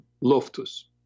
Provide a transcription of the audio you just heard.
Loftus